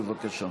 בבקשה.